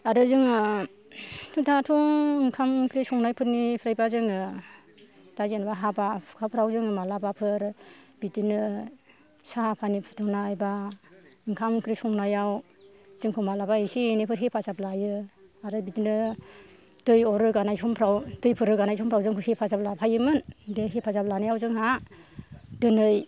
आरो जोङो दाथ' ओंखाम ओंख्रि संनायफोरनिफ्रायबा जोङो दा जेनबा हाबा हुखाफ्राव जों मालाबाफोर बिदिनो साहा फानि फुदुंनाय बा ओंखाम ओंख्रि संनायाव जोंखौ मालाबा एसे एनैफोर हेफाजाब लायो आरो बिदिनो दै अर रोगानाय समफ्राव दैफोर रोगानाय समफ्राव जोंखौ हेफाजाब लाफायोमोन बे हेफाजाब लानायाव जोंहा दिनै